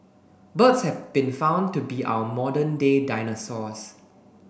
birds have been found to be our modern day dinosaurs